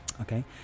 Okay